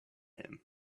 him